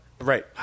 Right